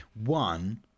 one